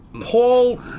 Paul